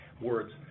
words